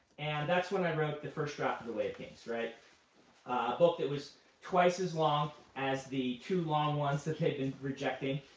and that's when i wrote the first draft of the way of kings. a book that was twice as long as the two long ones that they'd been rejecting.